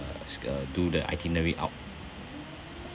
uh do the itinerary out